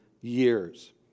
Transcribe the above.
years